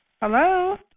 Hello